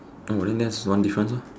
oh then that's one difference hor